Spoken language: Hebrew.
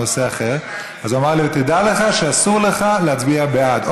הוא אמר לי: ותדע לך שאסור לך להצביע בעד.